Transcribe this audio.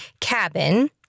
cabin